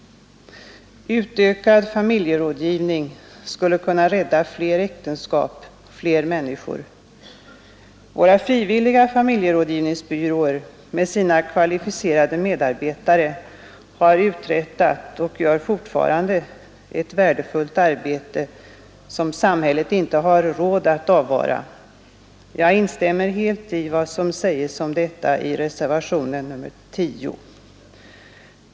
Utökad familjerådgivning skulle kunna rädda fler äktenskap, fler människor. Våra frivilliga familjerådgivningsbyråer med sina kvalificerade medarbetare har uträttat, och uträttar fortfarande, ett värdefullt arbete som samhället inte har råd att avvara. Jag instämmer helt i vad som sägs om detta i reservation 10.